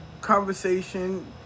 conversation